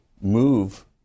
move